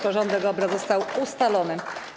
Porządek obrad został ustalony.